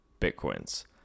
Bitcoins